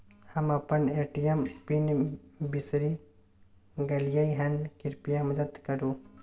हम अपन ATM PIN बिसरि गलियै हन, कृपया मदद करु